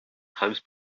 times